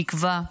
תקווה,